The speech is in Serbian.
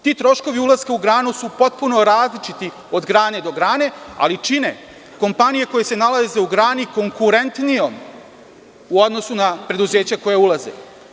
Ti troškovi ulaska u granu su potpuno različiti od grane do grane, ali čine kompanije koje se nalaze u grani konkurentnijom u odnosu na preduzeća koja ulaze.